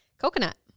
Coconut